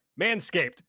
manscaped